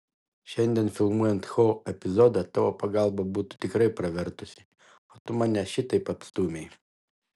šiandien filmuojant ho epizodą tavo pagalba būtų tikrai pravertusi o tu mane šitaip apstūmei